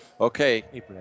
Okay